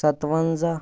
سَتوَنٛزاہ